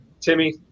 Timmy